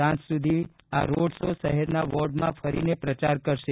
સાંજ સુધી આ રોડ શો શહેરના વોર્ડમાં ફરીને પ્રચાર કરશે